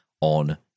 on